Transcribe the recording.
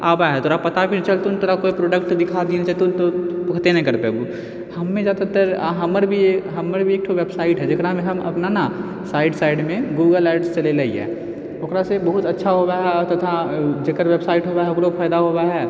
आवाहे तोरा पता भी नहि चलतौ तोरा कोइ प्रोडक्ट दिखा भी देल जेतौ तोँ हेते नहि करतै हमहीँ सब तऽ हमर भी एक हमर भी एक ठो वेबसाइट हइ जकरामे हम अपना ने साइड साइडमे गूगल एड्स चलेने रहिए ओकरासँ बहुत अच्छा होवऽ हइ तथा जकर वेबसाइट हइ ओकरो फायदा होवऽ हइ